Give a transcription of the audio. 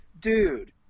dude